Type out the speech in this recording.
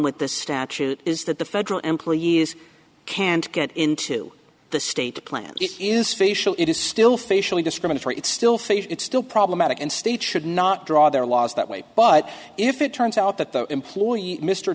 with this statute is that the federal employee is can't get into the state plan it is facial it is still facially discriminatory it still think it's still problematic and states should not draw their laws that way but if it turns out that the employee mr